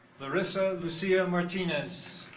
larissa lucia martinez